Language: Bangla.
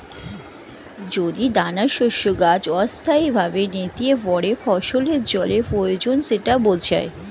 যদি দানাশস্যের গাছ অস্থায়ীভাবে নেতিয়ে পড়ে ফসলের জলের প্রয়োজন সেটা বোঝায়